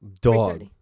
Dog